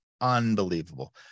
unbelievable